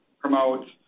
promotes